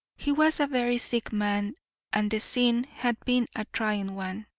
he was a very sick man and the scene had been a trying one.